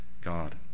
God